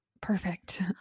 perfect